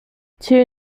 two